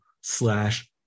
slash